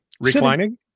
reclining